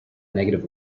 negative